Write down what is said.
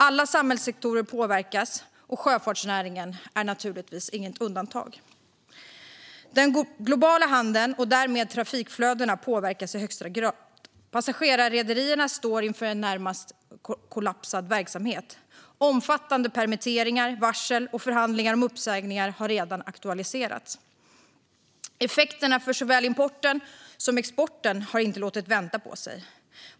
Alla samhällssektorer påverkas, och sjöfartsnäringen är inget undantag. Den globala handeln och därmed trafikflödena påverkas i högsta grad. Passagerarrederierna står inför en närmast kollapsad verksamhet. Omfattande permitteringar, varsel och förhandlingar om uppsägningar har redan aktualiserats. Effekterna för såväl importen som exporten har inte låtit vänta på sig.